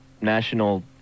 National